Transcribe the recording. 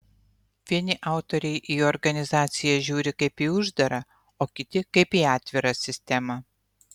vieni autoriai į organizaciją žiūri kaip į uždarą o kiti kaip į atvirą sistemą